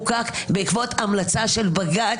בעיניי לפחות,